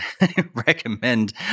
recommend